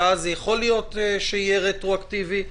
שאז יכול להיות שיהיה רטרואקטיבי.